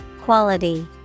Quality